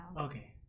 okay